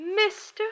Mr